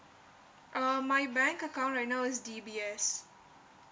uh my bank account right now is D_B_S